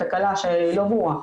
תקלה שלא ברורה.